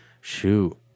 shoot